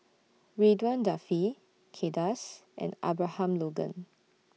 Ridzwan Dzafir Kay Das and Abraham Logan